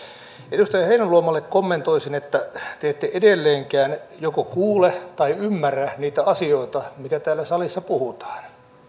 edustaja heinäluomalle kommentoisin että te ette edelleenkään joko kuule tai ymmärrä niitä asioita mitä täällä salissa puhutaan